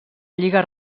lliga